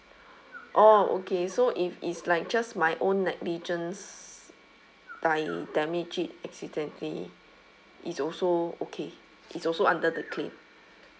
oh okay so if it's like just my own negligence like damage it accidentally is also okay is also under the claim